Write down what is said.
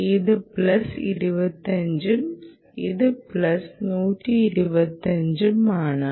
ഇത് പ്ലസ് 25 ഉം ഇത് പ്ലസ് 125 ഉം ആണ്